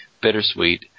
bittersweet